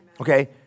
Okay